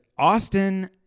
Austin